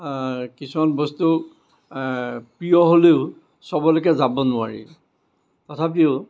কিছুমান বস্তুক প্ৰিয় হ'লেও চবলৈকে যাব নোৱাৰি তথাপিও